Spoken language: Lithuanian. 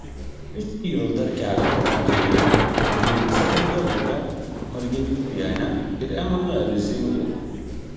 išskyrus dar keletą veikėjų vincę vaidevutę margevičienę ir emanuelį zingerį